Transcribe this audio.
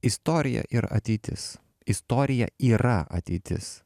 istorija ir ateitis istorija yra ateitis